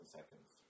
seconds